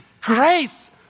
Grace